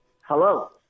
Hello